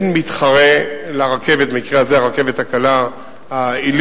אין מתחרה לרכבת, במקרה הזה הרכבת הקלה העילית.